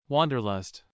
Wanderlust